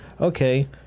Okay